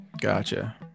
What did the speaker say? Gotcha